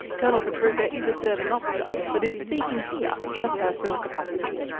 colonel pietrucha is a serving officer but is speaking here in a personal capacity.